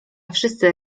wszyscy